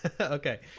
okay